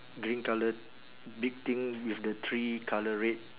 green colour big thing with the three colour red